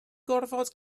gorfod